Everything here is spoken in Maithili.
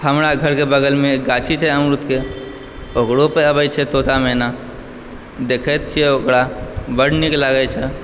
हमरा घरके बगलमे गाछी छै अमरुदके ओकरो पर अबैत छै तोता मैना देखैत छियै ओकरा बड्ड नीक लागैत छै